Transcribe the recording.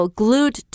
glued